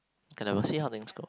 kay lah we will see how things go